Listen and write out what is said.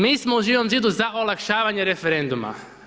Mi smo u Živom zidu za olakšavanje referenduma.